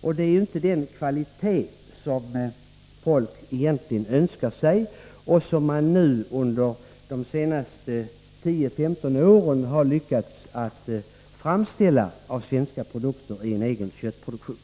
Där är ju inte kvaliteten den som folk egentligen önskar sig och som vi nu under de senaste 10-15 åren lyckats att uppnå i fråga om svenska produkter i egen köttproduktion.